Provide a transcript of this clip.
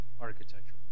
architecture